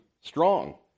strong